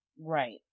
Right